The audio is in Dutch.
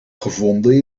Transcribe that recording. gevonden